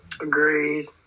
Agreed